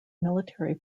military